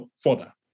further